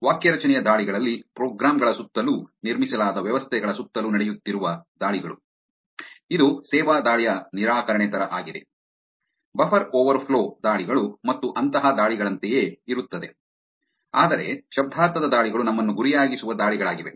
ವಾಕ್ಯರಚನೆಯ ದಾಳಿಗಳಲ್ಲಿ ಪ್ರೋಗ್ರಾಂ ಗಳ ಸುತ್ತಲೂ ನಿರ್ಮಿಸಲಾದ ವ್ಯವಸ್ಥೆಗಳ ಸುತ್ತಲೂ ನಡೆಯುತ್ತಿರುವ ದಾಳಿಗಳು ಇದು ಸೇವಾ ದಾಳಿಯ ನಿರಾಕರಣೆ ತರಹ ಆಗಿದೆ ಬಫರ್ ಓವರ್ಫ್ಲೋ ದಾಳಿಗಳು ಮತ್ತು ಅಂತಹ ದಾಳಿಗಳಂತೆಯೇ ಇರುತ್ತದೆ ಆದರೆ ಶಬ್ದಾರ್ಥದ ದಾಳಿಗಳು ನಮ್ಮನ್ನು ಗುರಿಯಾಗಿಸುವ ದಾಳಿಗಳಾಗಿವೆ